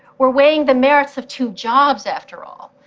we're weighing the merits of two jobs, after all,